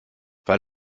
weil